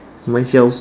myself